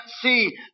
see